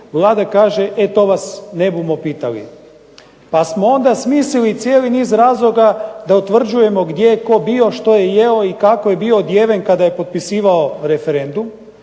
Vlada kaže e to vas ne bumo pitali. Pa smo onda smislili cijeli niz razloga da utvrđujemo gdje je tko bio, što je jeo i kako je bio odjeven kada je potpisivao referendum.